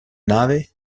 nave